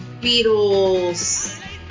Beatles